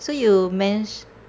so you men~